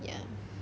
ya